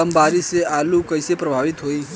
कम बारिस से आलू कइसे प्रभावित होयी?